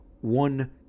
one